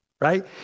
Right